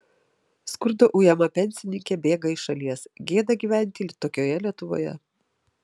skurdo ujama pensininkė bėga iš šalies gėda gyventi tokioje lietuvoje